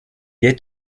est